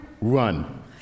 run